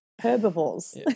herbivores